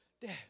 dad